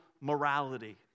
morality